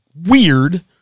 Weird